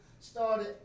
started